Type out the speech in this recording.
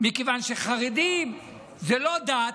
מכיוון שחרדים זה לא דת,